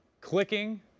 clicking